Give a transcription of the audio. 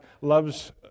loves